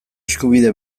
eskubide